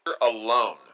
...alone